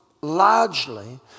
largely